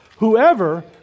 whoever